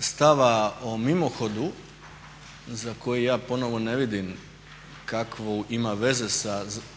stava o mimohodu za koji ja ponovo ne vidim kakve ima veze sa